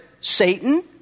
Satan